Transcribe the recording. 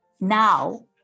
now